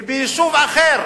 וביישוב אחר